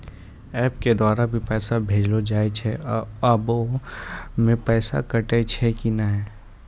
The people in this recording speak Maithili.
एप के द्वारा भी पैसा भेजलो जाय छै आबै मे पैसा कटैय छै कि नैय?